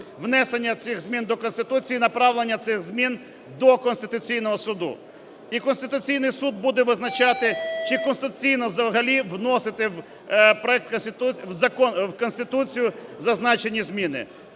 внесення цих змін до Конституції і направлення цих змін до Конституційного Суду. І Конституційний Суд буде визначати, чи конституційно взагалі вносити в Конституцію зазначені зміни.